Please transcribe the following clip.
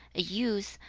a youth,